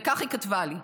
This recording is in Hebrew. וכך היא כתבה לי: